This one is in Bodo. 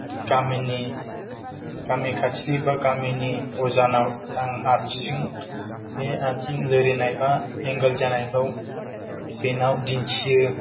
गामिनि गामि खाथिनि बा गामिनि अजानाव आं आथिं बे आथिं लोरिनाय बा एंगोल जानायखौ बेनाव दिन्थियो